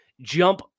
jump